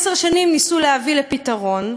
עשר שנים ניסו להביא לפתרון,